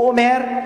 הוא אומר: